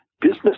business